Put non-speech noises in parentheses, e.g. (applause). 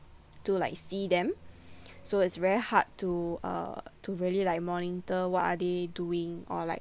to like see them (breath) so it's very hard to uh to really like monitor what are they doing or like